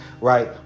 right